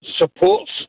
supports